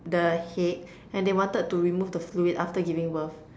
the head and they wanted to remove the fluid after giving birth